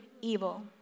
evil